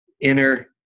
inner